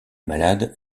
malade